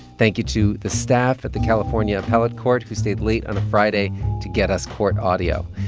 thank you to the staff at the california appellate court, who stayed late on a friday to get us court audio.